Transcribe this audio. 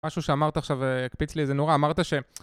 משהו שאמרת עכשיו קפיץ לי איזה נורה, אמרת ש...